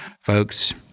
Folks